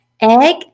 egg